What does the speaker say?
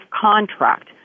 contract